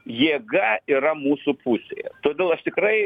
jėga yra mūsų pusėje todėl aš tikrai